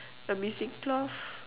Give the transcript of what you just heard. a missing cloth